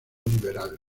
liberal